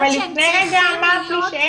שהם צריכים להיות --- אבל לפני רגע אמרת לי שאין.